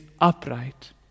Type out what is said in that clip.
upright